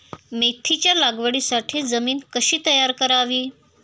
मेथीच्या लागवडीसाठी जमीन कशी तयार करावी?